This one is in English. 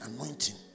anointing